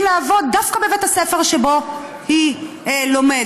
לעבוד דווקא בבית הספר שבו היא לומדת,